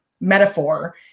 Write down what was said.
metaphor